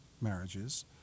marriages